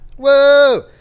Whoa